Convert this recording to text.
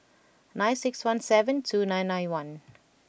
nine six one seven two nine nine one